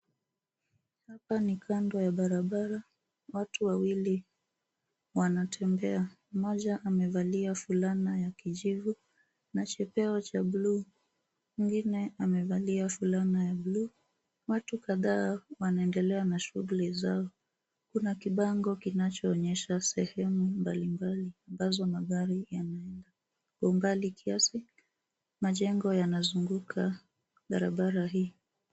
Hapa ni kando ya barabara watu wawili wanatembea. Mmoja amevalia fulana ya kijivu na chepeo cha bluu. Mwingine amevalia fulana ya bluu. Watu kadhaa wanaendelea na shughuli zao. Kuna kibango kinachoonyesha sehemu mbalimbali ambazo magari yanaenda. Kwa umbali kiasi majengo yanazunguka barabara hii.